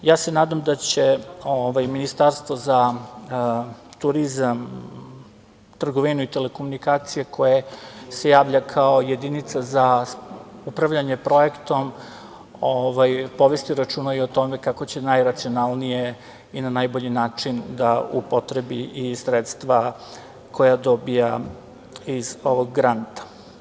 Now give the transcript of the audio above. Nadam se da će Ministarstvo za turizam, trgovinu i telekomunikacije koje se javlja kao jedinica za upravljanje projektom povesti računa i o tome kako će najracionalnije i na najbolji način da upotrebi sredstva koja dobija iz ovog granta.